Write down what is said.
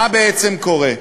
מה בעצם קורה?